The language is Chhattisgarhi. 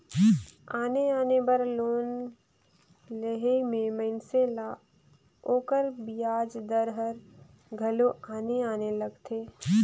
आने आने बर लोन लेहई में मइनसे ल ओकर बियाज दर हर घलो आने आने लगथे